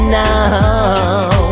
now